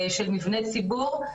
של מבני ציבור,